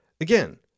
Again